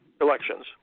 elections